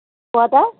کوٗتاہ